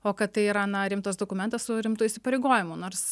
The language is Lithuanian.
o kad tai yra na rimtas dokumentas su rimtu įsipareigojimu nors